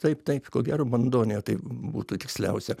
taip taip ko gero bandonė tai būtų tiksliausia